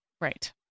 Right